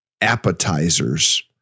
appetizers